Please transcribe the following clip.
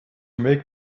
make